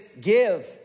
give